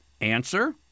Answer